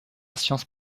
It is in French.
science